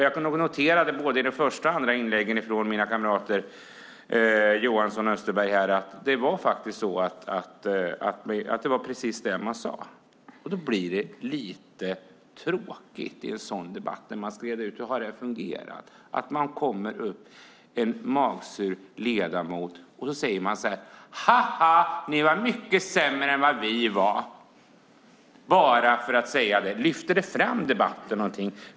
Jag kunde notera i både de första och andra inläggen från mina kamrater Johansson och Österberg att det var precis detta de sade. Då blir det lite tråkigt när man i en sådan debatt ska reda ut hur det hela har fungerat och det kommer upp en magsur ledamot och säger: Haha - ni var mycket sämre än vad vi var! Lyfter det fram debatten om man går upp bara för att säga detta?